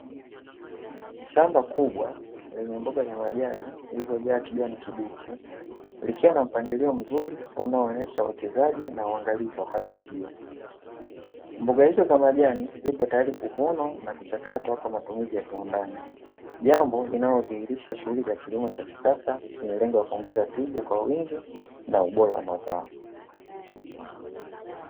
Shamba kubwa lenye mboga za majani zilizojaa kijani kibichi, likiwa na mpangilio mzuri unaoonyesha uwekezaji na uangalizi wa hali ya juu. Mboga hizo za majani ziko tayari kuvunwa na kuchakatwa kwa matumizi ya viwandani, jambo linalidhihirisha shughuli za kilimo cha kisasa chenye lengo la kuongeza tija kwa wingi na ubora wa mazao.